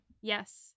Yes